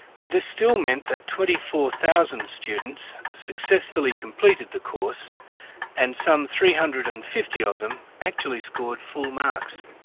but, this still meant that twenty four thousand students successfully completed the course and some three hundred and fifty of them actually scored full marks.